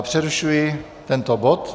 Přerušuji tento bod.